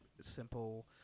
simple